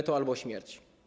Veto albo śmierć.